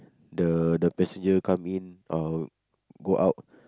the the passenger come in or go out